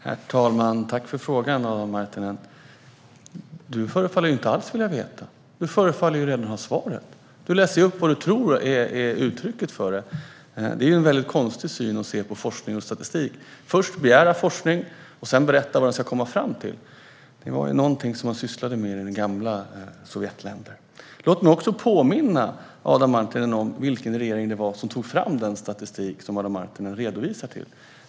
Herr talman! Tack för frågan, Adam Marttinen! Du förefaller inte alls vilja veta, utan du förefaller redan ha svaret. Du läser ju upp vad du tror är uttrycket för det. Det är en väldigt konstig syn på forskning och statistik - att först begära forskning och sedan berätta vad den ska komma fram till. Det var ju något man sysslade med i gamla Sovjetländer. Låt mig också påminna Adam Marttinen om vilken regering det var som tog fram den statistik han hänvisar till.